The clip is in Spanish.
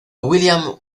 william